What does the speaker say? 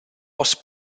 was